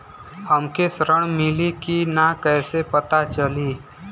हमके ऋण मिली कि ना कैसे पता चली?